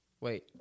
Wait